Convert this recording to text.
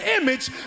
image